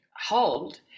hold